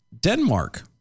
Denmark